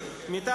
בבקשה.